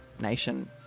nation